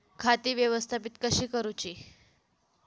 खाती व्यवस्थापित कशी करूची?